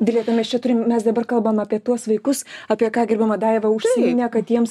dileta mes čia turim mes dabar kalbam apie tuos vaikus apie ką gerbiama daiva užsiminė kad jiems